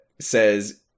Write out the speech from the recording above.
says